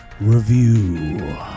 review